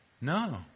No